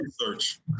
research